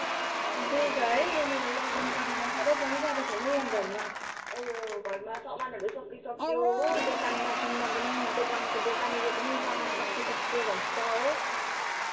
त्यही त है यहाँनिर लकडाउन परेर साह्रो परिरहेको छ नि यहाँ घरमा उयो घरमा सामानहरू सकिइसक्यो हो दोकानमा किन्न पनि दोकानको दोकाननीले पनि सामान सकिइसक्यो भन्छ हो